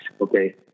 Okay